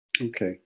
Okay